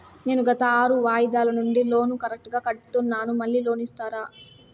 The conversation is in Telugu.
నేను గత ఆరు వాయిదాల నుండి లోను కరెక్టుగా కడ్తున్నాను, మళ్ళీ లోను ఇస్తారా?